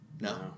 No